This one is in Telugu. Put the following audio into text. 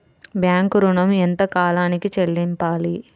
బ్యాంకు ఋణం ఎంత కాలానికి చెల్లింపాలి?